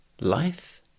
life